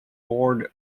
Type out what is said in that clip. board